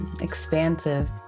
expansive